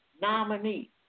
Nominee